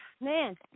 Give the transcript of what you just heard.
Man